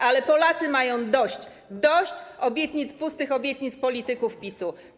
Ale Polacy mają dość, dość obietnic, pustych obietnic polityków PiS-u.